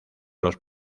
los